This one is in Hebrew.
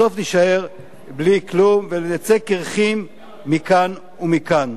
בסוף נישאר בלי כלום ונצא קירחים מכאן ומכאן.